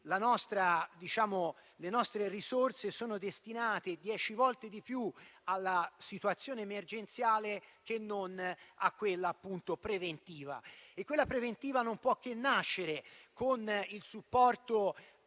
le nostre risorse sono destinate dieci volte di più alla situazione emergenziale che non a quella preventiva. E quella preventiva non può che nascere con il supporto